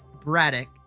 Braddock